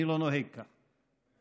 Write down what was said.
אני לא נוהג כך,